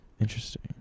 Interesting